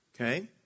Okay